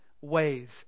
ways